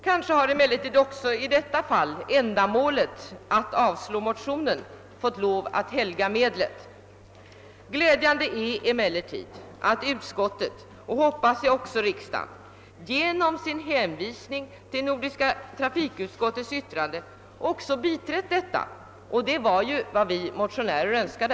Kanske har också i detta fall ändamålet — att avstyrka motionen — fått lov att helga medlet. Glädjande är emellertid att utskottet — och, hoppas jag, också denna kammare — genom hänvisningen till Nordiska rådets trafikutskotts yttrande biträder detta. Det var vad vi motionärer Önskade.